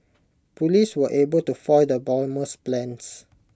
Police were able to foil the bomber's plans